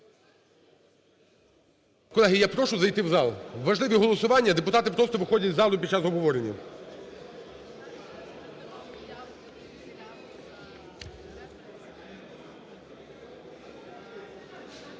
Колеги, я прошу зайти в зал, важливі голосування, а депутати просто виходять з залу під час обговорення.